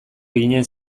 ginen